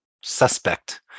suspect